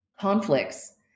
conflicts